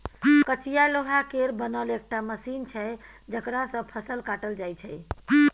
कचिया लोहा केर बनल एकटा मशीन छै जकरा सँ फसल काटल जाइ छै